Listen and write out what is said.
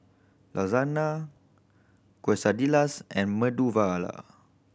Lasagne Quesadillas and Medu Vada